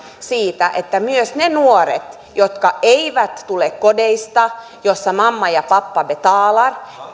siitä että myös ne nuoret jotka eivät tule kodeista joissa mamma ja pappa betalar